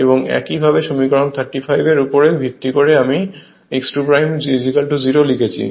এবং একই ভাবে সমীকরণ 35 এর উপর ভিত্তি করে আমি x2 0 লিখেছি